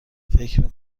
فکر